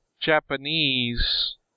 Japanese